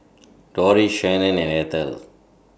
Doris Shannen and Ethel